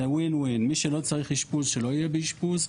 זה win win מי שלא צריך אשפוז שלא יהיה באשפוז,